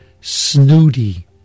snooty